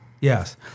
Yes